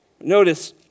Notice